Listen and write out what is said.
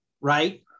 right